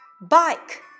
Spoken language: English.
Bike